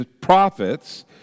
prophets